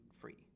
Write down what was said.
free